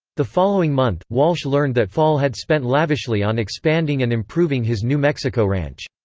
the following month, walsh learned that fall had spent lavishly on expanding and improving his new mexico ranch.